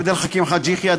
עבד אל חכים חאג' יחיא,